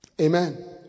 Amen